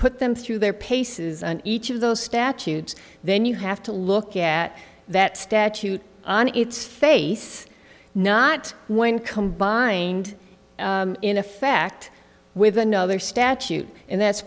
put them through their paces and each of those statutes then you have to look at that statute on its face not when combined in effect with another statute and that's